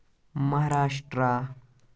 Maharashtra